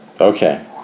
Okay